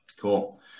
Cool